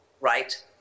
right